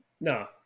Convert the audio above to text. no